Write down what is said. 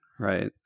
Right